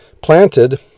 Planted